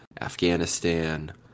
Afghanistan